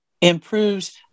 improves